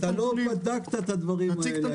אתה לא בדקת את הדברים האלה.